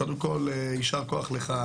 קודם כל יישר כוח לך,